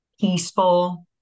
peaceful